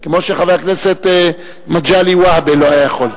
כמו שחבר הכנסת מגלי והבה לא היה יכול.